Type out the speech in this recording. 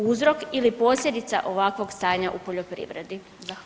Uzrok ili posljedica ovakvog stanja u poljoprivredi?